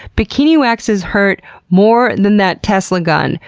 bikini waxes hurt more than that tesla gun,